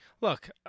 Look